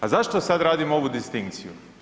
A zašto sad radim ovu distinkciju?